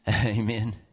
Amen